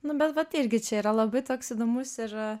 nu bet vat irgi čia yra labai toks įdomus yra